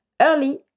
early